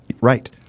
Right